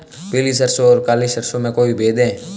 पीली सरसों और काली सरसों में कोई भेद है?